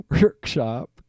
workshop